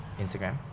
Instagram